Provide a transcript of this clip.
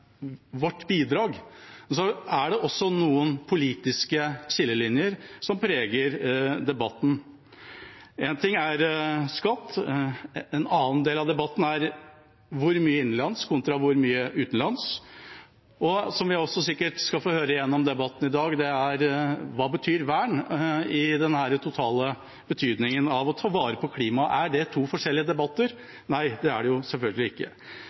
vårt bidrag, og så er det noen politiske skillelinjer som preger debatten. Én ting er skatt. En annen del av debatten er hvor mye innenlands kontra hvor mye utenlands. Som vi sikkert også skal få høre gjennom debatten i dag, er: Hva betyr vern i den totale betydningen av å ta vare på klimaet? Er det to forskjellige debatter? Nei, det er det selvfølgelig ikke.